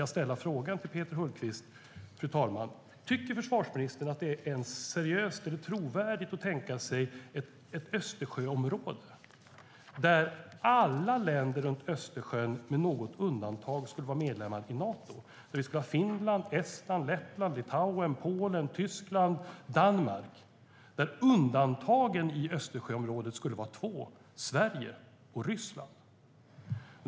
Jag måste fråga Peter Hultqvist om han tycker att det är ens seriöst eller trovärdigt att tänka sig ett Östersjöområde där alla länder runt Östersjön - Finland, Estland, Lettland, Litauen, Polen, Tyskland och Danmark - med något undantag skulle vara medlemmar i Nato. Undantagen i Östersjöområdet skulle vara två: Sverige och Ryssland.